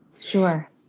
Sure